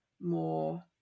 more